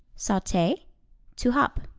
saute to hop.